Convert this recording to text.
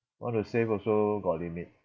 want to save also got limit